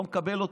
לא מקבל אותם.